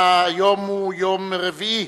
היום יום רביעי,